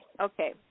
Okay